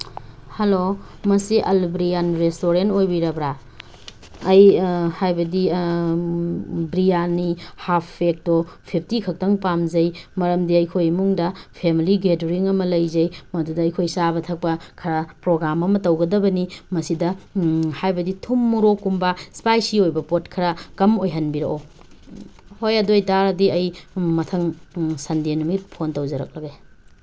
hello ꯃꯁꯤ Al Biryani restaurant ꯑꯣꯏꯕꯤꯔꯕ꯭ꯔꯥ ꯑꯩ ꯍꯥꯏꯕꯗꯤ ꯕꯤꯔꯌꯥꯅꯤ ꯍꯥꯐ ꯄ꯭ꯂꯦꯠꯇꯣ ꯐꯤꯞꯇꯤ ꯈꯛꯇꯪ ꯄꯥꯝꯖꯩ ꯃꯔꯝꯗꯤ ꯑꯩꯈꯣꯏ ꯏꯃꯨꯡꯗ ꯐꯦꯃꯤꯂꯤ ꯒꯦꯙꯔꯤꯡ ꯑꯃ ꯂꯩꯖꯩ ꯃꯗꯨꯗ ꯑꯩꯈꯣꯏ ꯆꯥꯕ ꯊꯛꯄ ꯈꯔ ꯄ꯭ꯔꯣꯒ꯭ꯔꯥꯝ ꯑꯃ ꯇꯧꯒꯗꯕꯅꯤ ꯃꯁꯤꯗ ꯍꯥꯏꯕꯗꯤ ꯊꯨꯝ ꯃꯣꯔꯣꯛꯀꯨꯝꯕ ꯏꯁꯄꯥꯏꯁꯤ ꯑꯣꯏꯕ ꯄꯣꯠ ꯈꯔ ꯀꯝ ꯑꯣꯏꯍꯟꯕꯤꯔꯛꯑꯣ ꯍꯣꯏ ꯑꯗꯨꯒꯤ ꯑꯣꯏ ꯇꯥꯔꯗꯤ ꯑꯩ ꯃꯊꯪ ꯁꯟꯗꯦ ꯅꯨꯃꯤꯠ ꯐꯣꯟ ꯇꯧꯖꯔꯛꯂꯒꯦ